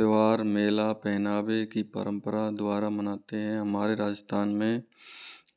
त्यौहार मेला पहनावे की परंपरा द्वारा मनाते हैं हमारे राजस्थान में